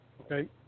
Okay